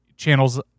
channels